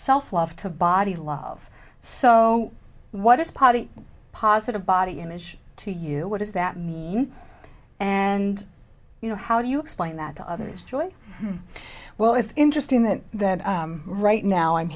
love to body love so what is party positive body image to you what does that mean and you know how do you explain that to others joy well it's interesting that that right now i'm